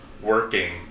working